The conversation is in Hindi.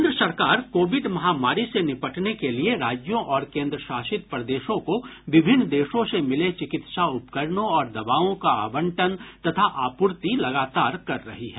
केन्द्र सरकार कोविड महामारी से निपटने के लिए राज्यों और केन्द्रशासित प्रदेशों को विभिन्न देशों से मिले चिकित्सा उपकरणों और दवाओं का आवंटन तथा आपूर्ति लगातार कर रही है